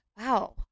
Wow